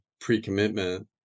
pre-commitment